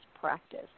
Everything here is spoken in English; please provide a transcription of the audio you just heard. practice